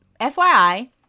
FYI